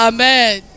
Amen